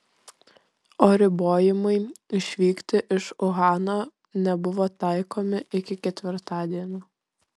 o ribojimai išvykti iš uhano nebuvo taikomi iki ketvirtadienio